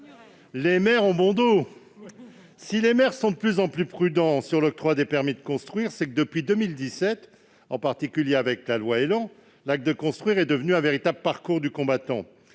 Les maires ont bon dos ! S'ils sont de plus en plus prudents sur l'octroi des permis de construire, c'est que depuis 2017, en particulier du fait de la loi ÉLAN, l'acte de construire est devenu un véritable parcours du combattant.